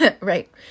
right